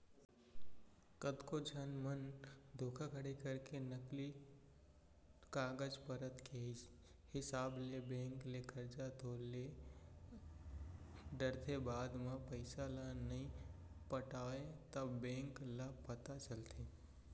कतको झन मन धोखाघड़ी करके नकली कागज पतर के हिसाब ले बेंक ले करजा तो ले डरथे बाद म पइसा ल नइ पटावय तब बेंक ल पता चलथे